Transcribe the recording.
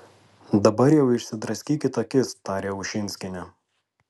dabar jau išsidraskykit akis tarė ušinskienė